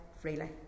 freely